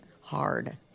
hard